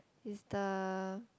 is the